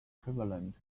prevalent